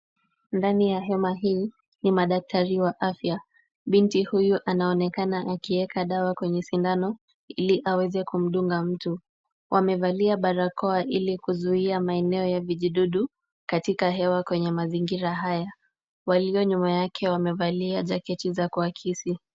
Ndani ya hema hii ni madaktari wa afya. Binti huyu anaonekana akiweka dawa kwenye sindano ili aweze kumdunga mtu. Wamevalia barakoa ili kuzuia maeneo ya vijidudu katika hewa kwenye mazingira haya. Walio nyuma yake wamevalia jaketi za kuakisi.